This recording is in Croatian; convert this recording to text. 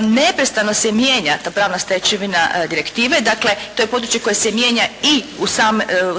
Neprestano se mijenja ta pravna stečevina direktive. Dakle, to je područje koje se mijenja i u